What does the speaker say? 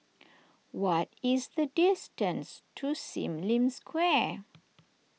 what is the distance to Sim Lim Square